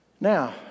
now